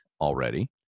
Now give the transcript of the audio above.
already